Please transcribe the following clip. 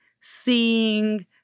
seeing